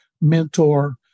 mentor